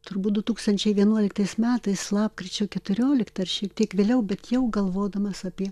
turbūt du tūkstančiai vienuoliktais metais lapkričio keturioliktą ar šiek tiek vėliau bet jau galvodamas apie